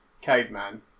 caveman